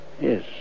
Yes